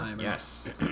Yes